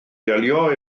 delio